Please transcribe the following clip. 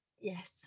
Yes